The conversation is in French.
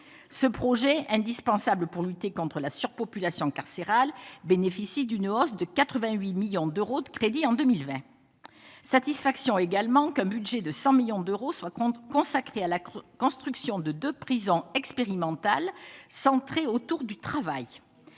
ce projet indispensable pour lutter contre la surpopulation carcérale, bénéficie d'une hausse de 88 millions d'euros de crédits en 2020, satisfaction également qu'un budget de 100 millions d'euros, soit, compte consacré à la crise, construction de 2 prisons expérimentales centrées autour du travail